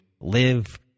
Live